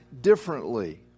differently